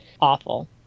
awful